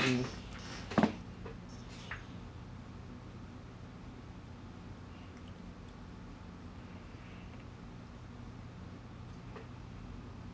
mm